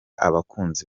abakunzi